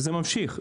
וזה ממשיך,